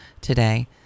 today